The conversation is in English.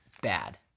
bad